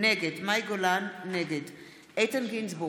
נגד איתן גינזבורג,